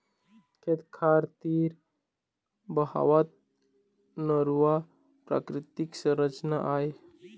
खेत खार तीर बहावत नरूवा प्राकृतिक संरचना आय